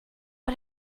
but